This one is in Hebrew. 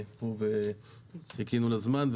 חיכינו לה.